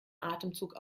atemzug